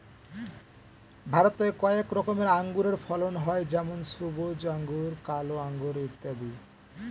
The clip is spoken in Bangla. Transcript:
ভারতে কয়েক রকমের আঙুরের ফলন হয় যেমন সবুজ আঙুর, কালো আঙুর ইত্যাদি